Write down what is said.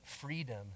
freedom